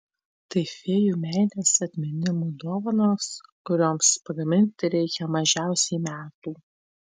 tai fėjų meilės atminimo dovanos kurioms pagaminti reikia mažiausiai metų